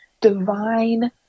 divine